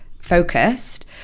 focused